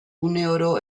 uneoro